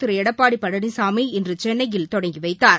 திரு எடப்பாடி பழனிசாமி இன்று சென்னையில் தொடங்கி வைத்தார்